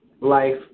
life